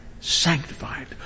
sanctified